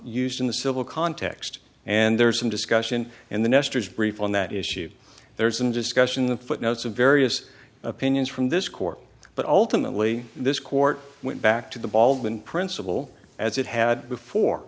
sed in the civil context and there's some discussion and the nestors brief on that issue there's an discussion in the footnotes of various opinions from this court but ultimately this court went back to the baldwin principle as it had before